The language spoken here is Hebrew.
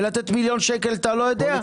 ולתת מיליון שקל אתה לא יודע?